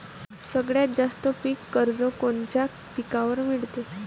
सगळ्यात जास्त पीक कर्ज कोनच्या पिकावर मिळते?